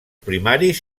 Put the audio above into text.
primaris